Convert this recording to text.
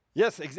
Yes